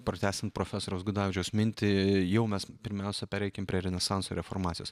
pratęsiant profesoriaus gudavičiaus mintį jau mes pirmiausia pereikim prie renesanso ir reformacijos